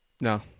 No